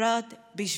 ובפרט בשבילו.